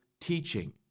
teaching